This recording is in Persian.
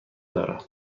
دارم